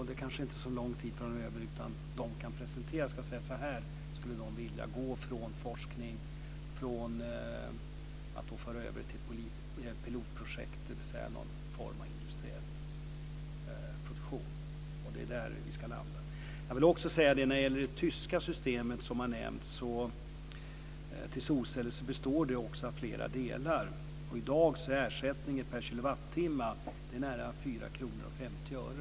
Det kanske inte tar så lång tid innan man kan presentera något och säga hur man skulle vilja gå från forskning och föra över det hela till ett pilotprojekt, dvs. någon form av industriell produktion. Det är där vi ska landa. Det tyska system som har nämnts för solceller består också av flera delar. I dag är ersättningen per kilowattimme nära 4 kr och 50 öre.